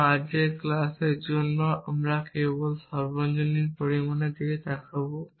এবং আজকের ক্লাসের জন্য আমরা কেবল সর্বজনীন পরিমাণের দিকে তাকাব